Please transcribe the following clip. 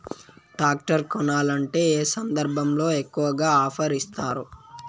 Tractor కొనాలంటే ఏ సందర్భంలో ఎక్కువగా ఆఫర్ ఇస్తారు?